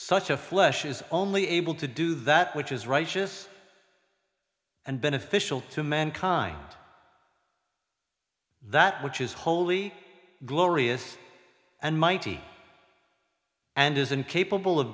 such a flesh is only able to do that which is righteous and beneficial to mankind that which is wholly glorious and mighty and is incapable of